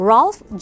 Ralph